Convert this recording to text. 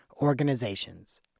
organizations